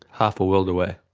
half a world away.